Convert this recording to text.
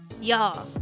Y'all